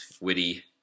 witty